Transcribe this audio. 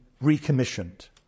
recommissioned